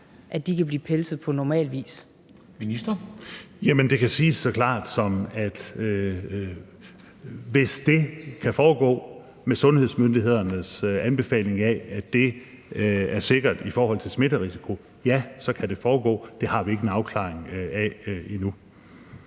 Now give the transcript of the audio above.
(Mogens Jensen): Det kan siges så klart, som at hvis det kan foregå med sundhedsmyndighedernes anbefaling af, at det er sikkert i forhold til smitterisiko, ja, så kan det foregå. Det har vi ikke en afklaring af endnu.